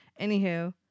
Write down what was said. anywho